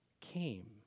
came